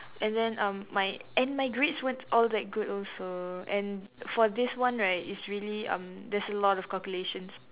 and then um my and my grades weren't all that good also and for this one right it's really um there's a lot of calculations